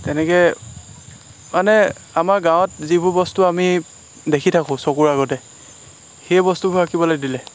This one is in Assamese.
তেনেকৈ মানে আমাৰ গাঁৱত যিবোৰ বস্তু আমি দেখি থাকোঁ চকুৰ আগতে সেই বস্তুবোৰ আঁকিবলৈ দিলে